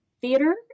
Theater